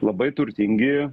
labai turtingi